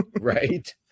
Right